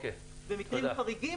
במקרים חריגים